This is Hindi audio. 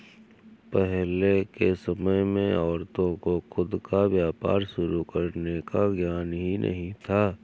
पहले के समय में औरतों को खुद का व्यापार शुरू करने का ज्ञान ही नहीं था